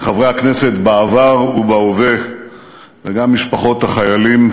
חברי הכנסת בעבר ובהווה וגם משפחות החיילים,